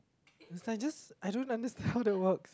it's like just I don't understand how that works